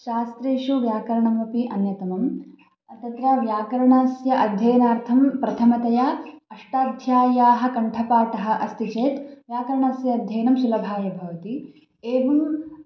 शास्त्रेषु व्याकरणमपि अन्यतमं तत्र व्याकरणस्य अध्ययनार्थं प्रथमतया अष्टाध्याय्याः कण्ठपाठः अस्ति चेत् व्याकरणस्य अध्ययनं सुलभाय भवति एवं